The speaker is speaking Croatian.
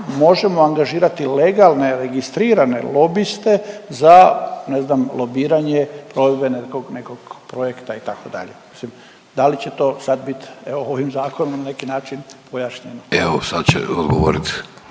možemo angažirati legalne, registrirane lobiste za ne znam, lobiranje provedbe nekog, nekog projekta itd. mislim da li će to sad bit evo ovim zakonom na neki način pojašnjeno. **Vidović, Davorko